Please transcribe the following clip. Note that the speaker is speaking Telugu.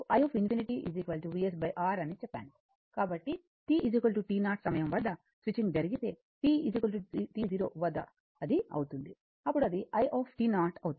కాబట్టి t t0 సమయం వద్ద స్విచింగ్ జరిగితే t t0 వద్ద అది అవుతుంది అప్పుడు అది i అవుతుంది